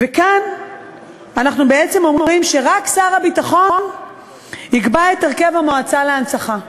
וכאן אנחנו בעצם אומרים שרק שר הביטחון יקבע את הרכב המועצה להנצחה,